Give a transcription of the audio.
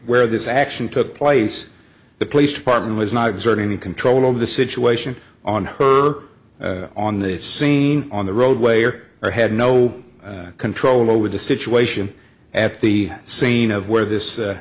where this action took place the police department was not exerting control of the situation on her on the scene on the roadway or had no control over the situation at the scene of where this